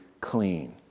clean